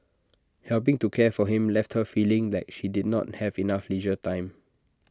helping to care for him left her feeling like she did not have enough leisure time